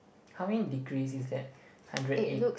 how many degrees is that hundred eight